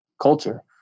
culture